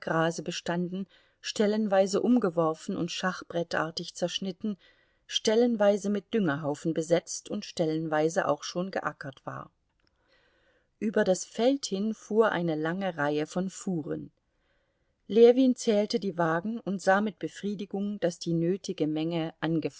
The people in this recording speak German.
bestanden stellenweise umgeworfen und schachbrettartig zerschnitten stellenweise mit düngerhaufen besetzt und stellenweise auch schon geackert war über das feld hin fuhr eine lange reihe von fuhren ljewin zählte die wagen und sah mit befriedigung daß die nötige menge